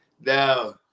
no